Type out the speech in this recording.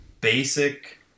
basic